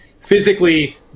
physically